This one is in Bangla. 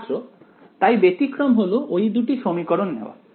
ছাত্র তাই ব্যতিক্রম হলো ওই দুটি সমীকরণ নেওয়া